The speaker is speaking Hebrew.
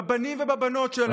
בבנים ובבנות שלנו.